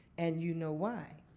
and you know why.